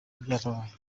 byarabaye